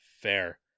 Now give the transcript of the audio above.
fair